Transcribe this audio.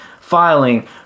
filing